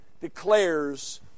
declares